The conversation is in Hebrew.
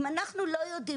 אם אנחנו לא יודעים,